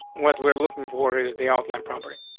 what we're looking for is the outline property.